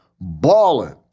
balling